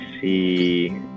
see